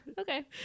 okay